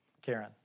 Karen